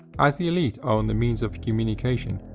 as the elite own the means of communication,